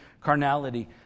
carnality